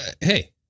hey